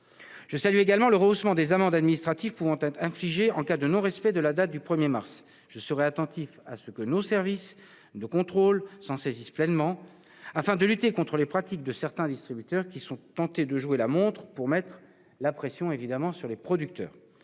Je salue également le rehaussement des amendes administratives pouvant être infligées en cas de non-respect de la date du 1 mars. Je serai attentif à ce que nos services de contrôle s'en saisissent pleinement, afin de lutter contre les pratiques de certains distributeurs tentés de jouer la montre pour mettre la pression sur les producteurs.